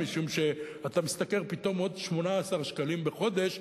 משום שאתה משתכר פתאום עוד 18 שקלים בחודש,